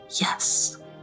Yes